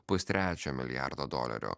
pustrečio milijardo dolerių